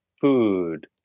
food